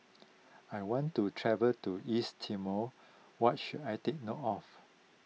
I want to travel to East Timor what should I take note of